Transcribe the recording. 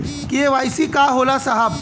KYC का होला साहब?